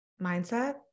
mindset